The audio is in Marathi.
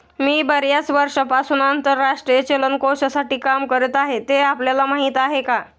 मी बर्याच वर्षांपासून आंतरराष्ट्रीय चलन कोशासाठी काम करत आहे, ते आपल्याला माहीत आहे का?